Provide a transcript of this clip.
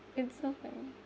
it's so funny